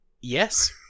Yes